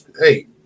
Hey